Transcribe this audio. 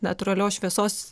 natūralios šviesos